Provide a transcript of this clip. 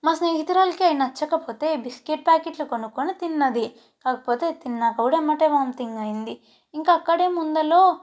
మా స్నేహితురాలికి అవి నచ్చకపోతే బిస్కట్ ప్యాకెట్లు కొనుక్కుని తిన్నాది కాకపోతే తిన్నాక కూడా వెమ్మటే వామిటింగ్ అయ్యింది ఇంక అక్కడే ముందరలో